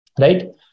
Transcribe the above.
right